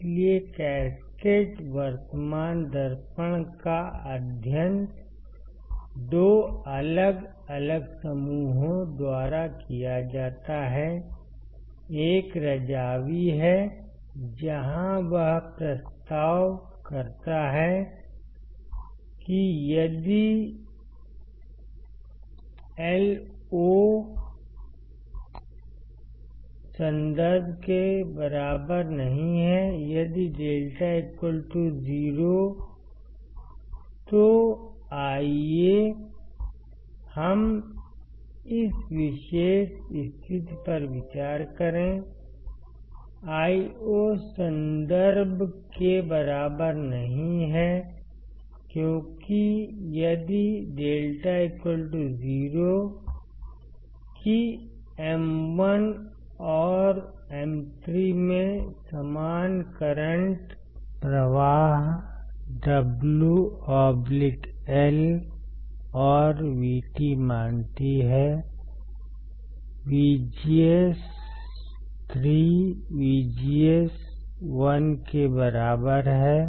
इसलिए कैस्केड वर्तमान दर्पण का अध्ययन दो अलग अलग समूहों द्वारा किया जाता है एक रज़ावी है जहां वह प्रस्ताव करता है कि यदि Io संदर्भ के बराबर नहीं है यदि λ 0 तो आइए हम इस विशेष स्थिति पर विचार करें Io संदर्भ के बराबर नहीं है क्योंकि यदि λ 0 कि M1 और M3 में समान करंट प्रवाह है तो M1 और M3 में समान करंट प्रवाह W L और VT मानती है VGS3 VGS1 के बराबर है